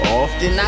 often